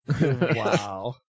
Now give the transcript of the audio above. Wow